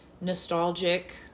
nostalgic